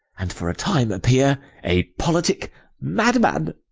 and for a time appear a politic madman.